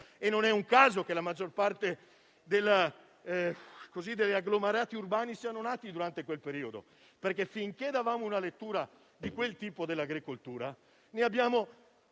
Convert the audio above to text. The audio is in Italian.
E non è un caso che la maggior parte degli agglomerati urbani sia nata durante quel periodo, perché, finché davamo una lettura dell'agricoltura di